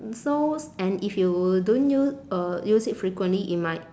so s~ and if you don't u~ uh use it frequently it might